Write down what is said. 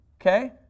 Okay